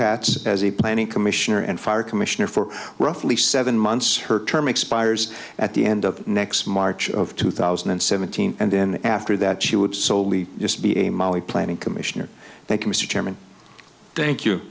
hats as a planning commissioner and fire commissioner for roughly seven months her term expires at the end of next march of two thousand and seventeen and then after that she would slowly just be a molly planning commission or they can mr chairman thank you